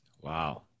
Wow